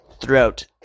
throughout